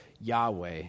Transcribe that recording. Yahweh